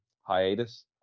hiatus